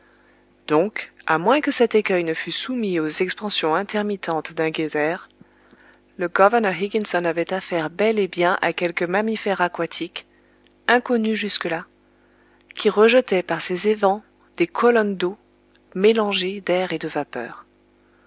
donc à moins que cet écueil ne fût soumis aux expansions intermittentes d'un geyser le governor higginson avait affaire bel et bien à quelque mammifère aquatique inconnu jusque-là qui rejetait par ses évents des colonnes d'eau mélangées d'air et de vapeur